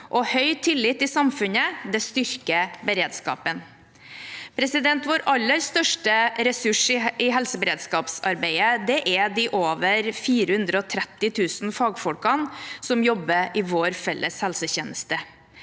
og høy tillit i samfunnet styrker beredskapen. Vår aller største ressurs i helseberedskapsarbeidet er de over 430 000 fagfolkene som jobber i vår felles helsetjeneste.